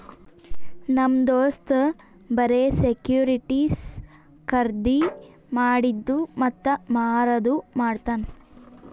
ನಮ್ ದೋಸ್ತ್ ಬರೆ ಸೆಕ್ಯೂರಿಟಿಸ್ ಖರ್ದಿ ಮಾಡಿದ್ದು ಮತ್ತ ಮಾರದು ಮಾಡ್ತಾನ್